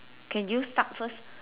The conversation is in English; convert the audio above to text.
can you start first